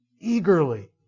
eagerly